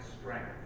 strength